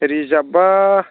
reserve बा